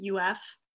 UF